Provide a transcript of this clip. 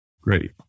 Great